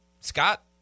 Scott